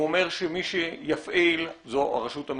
הוא אומר שמי שיפעיל זו הרשות המקומית.